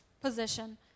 position